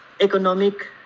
economic